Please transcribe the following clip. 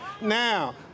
Now